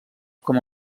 com